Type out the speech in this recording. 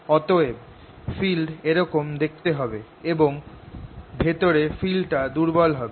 অতএব ফিল্ড এরকম দেখতে হবে এবং ভেতরে ফিল্ড টা দুর্বল হবে